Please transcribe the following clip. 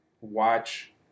watch